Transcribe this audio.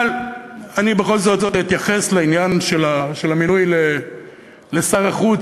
אבל אני בכל זאת אתייחס לעניין של המינוי לשר החוץ.